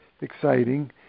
exciting